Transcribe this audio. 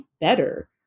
better